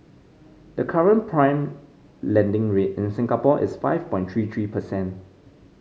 the current prime lending rate in Singapore is five point three three percent